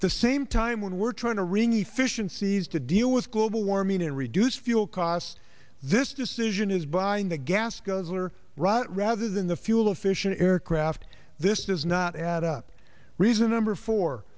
at the same time when we're trying to wring efficiencies to deal with global warming and reduce fuel costs this decision is buying the gas guzzler right rather than the fuel efficient aircraft this does not add up reason number for